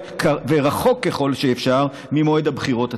רחוק ככל האפשר ממועד הבחירות עצמן.